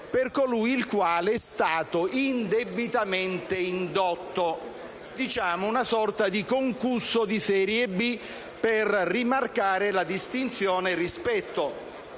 per colui il quale è stato indebitamente indotto (diciamo che è una sorta di concusso di serie B), per rimarcare la distinzione rispetto